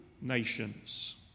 nations